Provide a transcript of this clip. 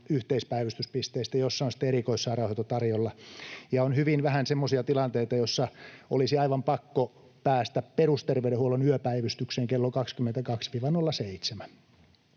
yhteispäivystyspisteistä, joissa on sitten erikoissairaanhoito tarjolla, ja on hyvin vähän semmoisia tilanteita, joissa olisi aivan pakko päästä perusterveydenhuollon yöpäivystykseen kello 22—07.